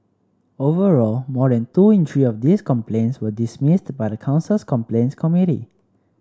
overall more than two in three of these complaints were dismissed by the council's complaints committee